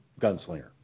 Gunslinger